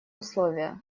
условия